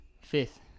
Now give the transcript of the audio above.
Fifth